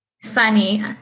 Sunny